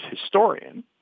historian